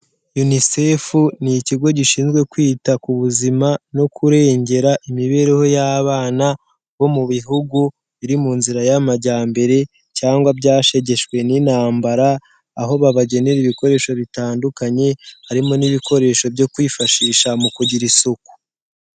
Unicefu ni ikigo gishinzwe kwita ku buzima no kurengera imibereho y'abana bo mu bihugu biri mu nzira y'amajyambere, cyangwa byashegeshwe n'intambara, aho babagenera ibikoresho bitandukanye, harimo n'ibikoresho byo kwifashisha mu kugira isuku.